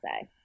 say